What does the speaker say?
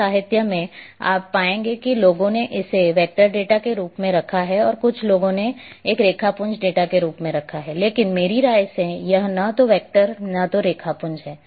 कुछ साहित्य में आप पाएंगे कि लोगों ने इसे वेक्टर डेटा के रूप में रखा है और कुछ लोगों ने एक रेखापुंज डेटा के रूप में रखा है लेकिन मेरी राय में यह न तो वेक्टर है और न ही रेखापुंज